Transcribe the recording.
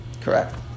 correct